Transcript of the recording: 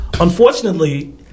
Unfortunately